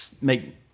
make